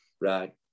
Right